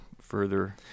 further